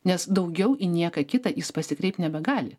nes daugiau į nieką kitą jis pasikreipt nebegali